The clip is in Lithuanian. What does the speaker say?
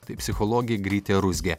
tai psichologė grytė ruzgė